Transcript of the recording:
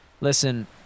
Listen